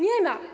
Nie ma.